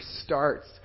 starts